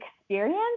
experience